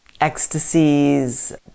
ecstasies